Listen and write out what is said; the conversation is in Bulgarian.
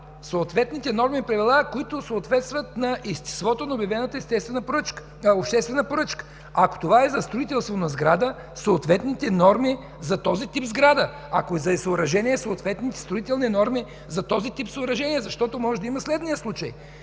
необходимите норми и правила, които съответстват на естеството на обявената обществена поръчка. Ако това е за строителство на сграда – съответните норми за този тип сграда, ако е за съоръжения – съответните строителни норми за този тип съоръжения. Защото може да има следния случай: